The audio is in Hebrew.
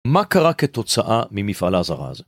מה קרה כתוצאה ממפעל ההזהרה הזאת?